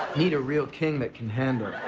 need a real king that can handle.